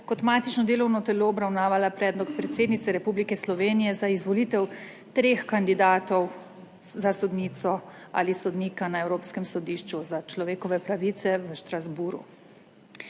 kot matično delovno telo obravnavala predlog predsednice Republike Slovenije za izvolitev treh kandidatov za sodnico ali sodnika na Evropskem sodišču za človekove pravice v Strasbourgu.